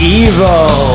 evil